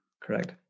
Correct